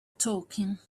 talking